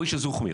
"מוישה זוכמיר",